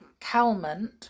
Calment